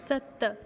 सत